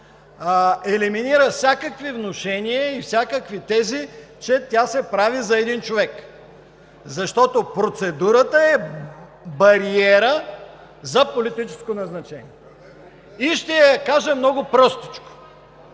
елиминира всякакви внушения и всякакви тези, че тя се прави за един човек, защото процедурата е бариера за политическо назначение. И ще я кажа много простичко.